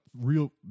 real